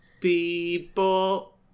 people